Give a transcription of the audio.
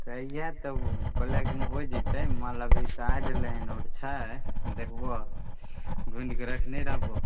तऽ इहै तऽ बलैकमे हो जेतै माल अभी तऽ आ गेलै हन आओर छै देखबहो ढूँढ़ि कऽ रखने रहबौ